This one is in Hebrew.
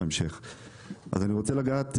אני רוצה לגעת,